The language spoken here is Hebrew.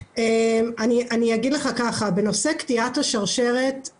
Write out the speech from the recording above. בנושא קטיעת השרשרת,